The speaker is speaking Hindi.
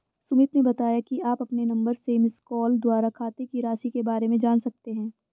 सुमित ने बताया कि आप अपने नंबर से मिसकॉल द्वारा खाते की राशि के बारे में जान सकते हैं